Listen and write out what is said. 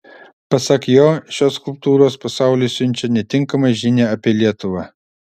pasak jo šios skulptūros pasauliui siunčia netinkamą žinią apie lietuvą